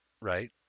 Right